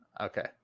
okay